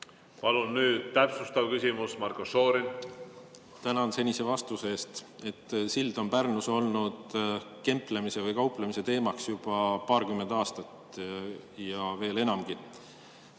Palun nüüd täpsustav küsimus, Marko Šorin! Tänan senise vastuse eest! Sild on Pärnus olnud kemplemise või kauplemise teemaks juba paarkümmend aastat ja veel enamgi.